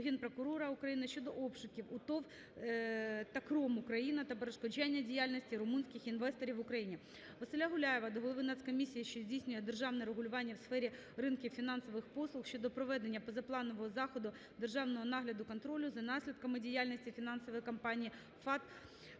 Генпрокурора України щодо обшуків у ТОВ "ТАКРОМ УКРАЇНА" та перешкоджання діяльності румунських інвесторів в Україні. Василя Гуляєва до голови Національної комісії, що здійснює державне регулювання у сфері ринків фінансових послуг щодо проведення позапланового заходу державного нагляду (контролю) за наслідками діяльності фінансової компанії ПАТ